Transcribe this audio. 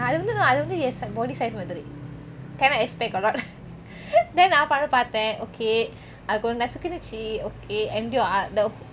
அது வந்து அது வந்து என்:athu vanthu athu vanthu en body size மாதிரி:mathiri cannot expect a lot then ah அப்புறம் பாத்தேன்:apurom paathen okay அது கொஞ்சம் நசுக்குன்னுச்சு:athu konjam nasukunuchu okay endure